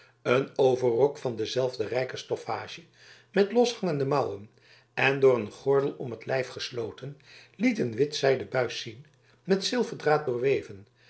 een overrok van dezelfde rijke stoffage met loshangende mouwen en door een gordel om t lijf gesloten liet een wit zijden buis zien met zilverdraad doorweven